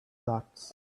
dots